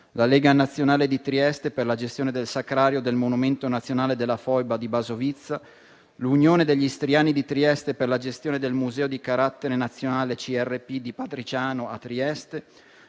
la Lega nazionale di Trieste per la gestione del Sacrario del monumento nazionale della Foiba di Basovizza; l'Unione degli istriani di Trieste per la gestione del Museo di carattere nazionale Centro di raccolta profughi